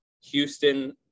Houston